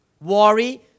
worry